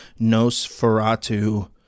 Nosferatu